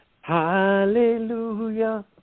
Hallelujah